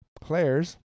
players